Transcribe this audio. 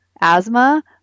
asthma